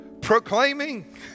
proclaiming